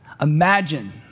Imagine